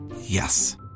Yes